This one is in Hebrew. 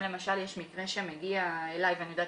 אם למשל יש מקרה שמגיע אלי ואני יודעת